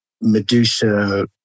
Medusa